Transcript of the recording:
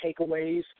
takeaways